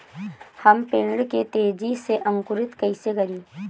हम पेड़ के तेजी से अंकुरित कईसे करि?